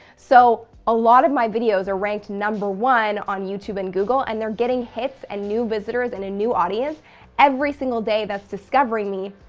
so a lot of my videos are ranked number one on youtube and google and they're getting hits and new visitors and a new audience every single day that's discovering me.